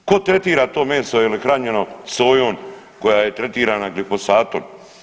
Tko tretira to meso jel je hranjeno sojom koja je tretirana glifosatom?